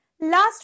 last